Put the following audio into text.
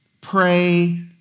pray